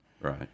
Right